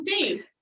dave